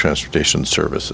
transportation service